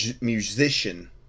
musician